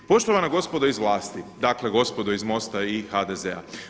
Poštovana gospodo iz vlasti, dakle gospodo iz MOST-a i HDZ-a.